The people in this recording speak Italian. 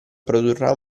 produrrà